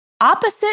opposite